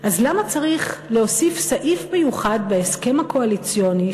אז למה צריך להוסיף סעיף מיוחד בהסכם הקואליציוני,